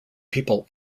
people